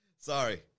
sorry